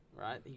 right